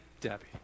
Debbie